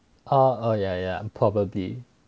orh oh yeah yeah probably